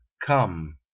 come